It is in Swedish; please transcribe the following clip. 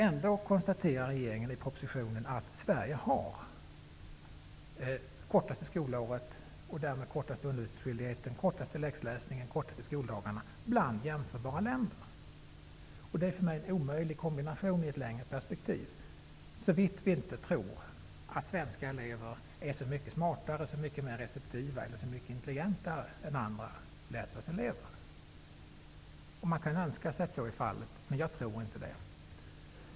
Ändå konstaterar regeringen i propositionen att Sverige har det kortaste skolåret och därmed den minsta undervisningsskyldigheten, den minsta läxläsningen och de kortaste skoldagarna bland jämförbara länder. För mig är det en omöjlig kombination i ett längre perspektiv, såvitt vi inte tror att svenska elever är så mycket smartare, så mycket mer receptiva eller intelligentare än andra länders elever. Man kan önska sig att så är fallet, men jag tror inte det.